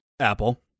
apple